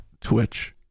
Twitch